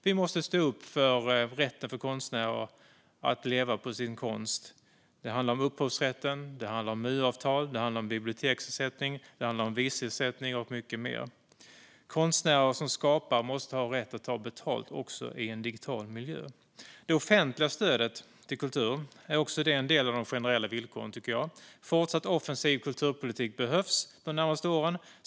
Vi måste stå upp för konstnärers rätt att leva på sin konst. Det handlar om upphovsrätten, MU-avtal, biblioteksersättning, visersättning och mycket mer. Konstnärer som skapar måste ha rätt att ta betalt också i en digital miljö. Det offentliga stödet till kultur är också en del av de generella villkoren, tycker jag. En fortsatt offensiv kulturpolitik behövs under de närmaste åren.